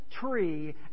tree